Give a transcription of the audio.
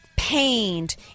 pained